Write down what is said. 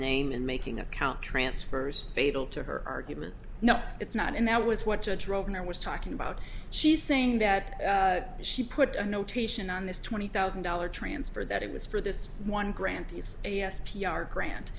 name and making account transfers fatal to her argument no it's not and that was what judge over there was talking about she's saying that she put a notation on this twenty thousand dollar transfer that it was for this one grant is a s p r grant